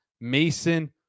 Mason